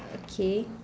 okay